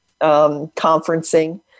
conferencing